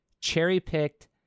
cherry-picked